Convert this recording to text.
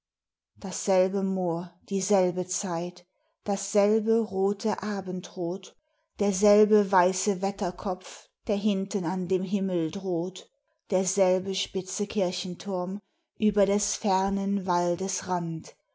dasselbe moor dieselbe zeit dasselbe rote abendrot derselbe weiße wetterkopf der hinten an dem himmel droht derselbe spitze kirchenturm über des fernen waldes rand